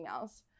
emails